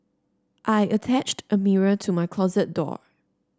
I attached a mirror to my closet door